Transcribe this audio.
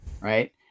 right